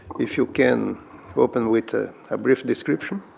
issue can open with a ah brief description?